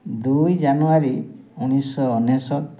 ଦୁଇ ଜାନୁୟାରୀ ଉଣେଇଶଶହ ଅନେଶତ